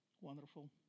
Wonderful